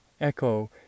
echo